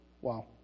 wow